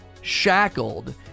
shackled